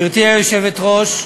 גברתי היושבת-ראש,